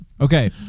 Okay